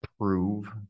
prove